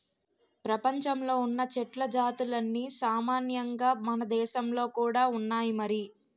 ప్రపంచంలో ఉన్న చెట్ల జాతులన్నీ సామాన్యంగా మనదేశంలో కూడా ఉన్నాయి మరి